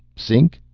sink?